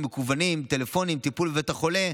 מקוונים או טלפונים או טיפול בבית החולה,